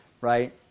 right